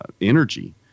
energy